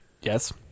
Yes